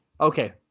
okay